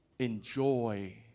Enjoy